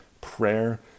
prayer